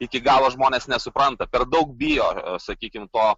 iki galo žmonės nesupranta per daug bijo sakykim to